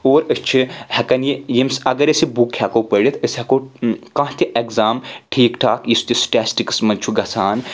اور أسۍ چھِ ہؠکان یہِ ییٚمِس اگر أسۍ یہِ بُک ہؠکو پٔرِتھ أسۍ ہؠکو کانٛہہ تہِ اؠگزام ٹھیٖک ٹھاک یُس تہِ سٕٹَیسٹِکس منٛز چھُ گژھان